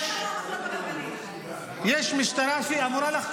המשטרה רוצה לעבוד, היא תוקעת לה מקלות בגלגלים.